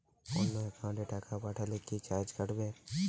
অন্য একাউন্টে টাকা পাঠালে কি চার্জ কাটবে?